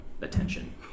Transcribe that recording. attention